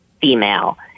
female